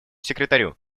секретарю